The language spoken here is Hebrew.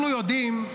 אנחנו יודעים,